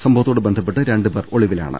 സംഭ വത്തോട് ബന്ധപ്പെട്ട് രണ്ടുപേർ ഒളിവിലാണ്